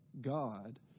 God